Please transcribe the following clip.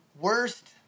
Worst